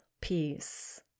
peace